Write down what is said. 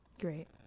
great